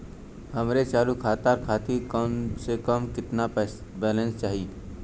हमरे चालू खाता खातिर कम से कम केतना बैलैंस चाही?